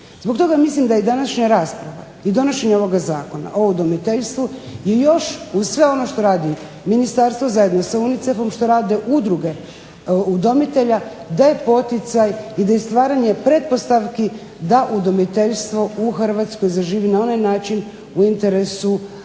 Zbog toga mislim da i današnja rasprava i donošenje ovoga Zakona o udomiteljstvu je još uz sve ono što radi ministarstvo zajedno sa UNICEF-om, što rade udruge udomitelja daje poticaj i stvaranje pretpostavki da udomiteljstvo u Hrvatskoj zaživi na onaj način u interesu djece